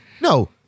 no